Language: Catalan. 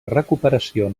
recuperació